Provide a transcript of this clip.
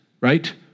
right